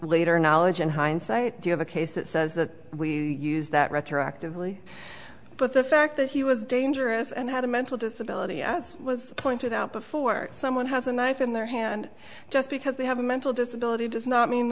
later knowledge in hindsight do you have a case that says that we use that retroactively but the fact that he was dangerous and had a mental disability as was pointed out before someone has a knife in their hand just because they have a mental disability does not mean